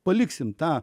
paliksime tą